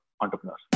entrepreneurs